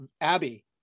Abby